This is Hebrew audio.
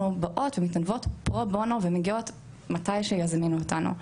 באות ומתנדבות פרו-בונו ומגיעות מתי שיזמינו אותנו,